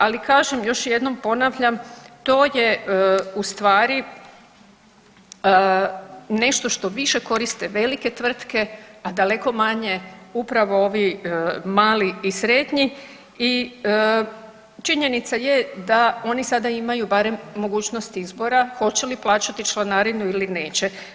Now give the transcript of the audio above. Ali kažem, još jednom ponavljam, to je ustvari nešto što više koriste velike tvrtke, a daleko manje upravo ovi mali i srednji i činjenica je da oni sada imaju barem mogućnost izbora hoće li plaćati članarinu ili neće.